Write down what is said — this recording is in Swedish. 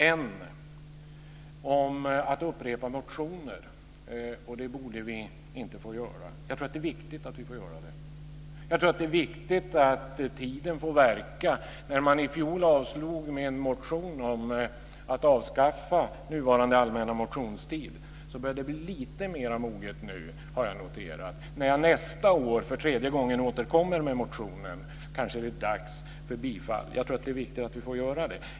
En gällde upprepandet av motioner, och han sade att vi inte borde få göra det. Jag tror att det är viktigt att vi får göra det. Jag tror att det är viktigt att tiden får verka. I fjol avslog man min motion om att avskaffa den nuvarande allmänna motionstiden. Jag har noterat att tiden börjar bli lite mer mogen nu. När jag nästa år för tredje gången återkommer med motionen är det kanske dags för bifall. Jag tror att det är viktigt att vi får göra detta.